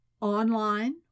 online